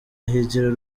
higiro